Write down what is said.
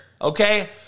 Okay